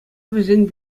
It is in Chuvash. вӗсен